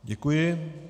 Děkuji.